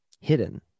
hidden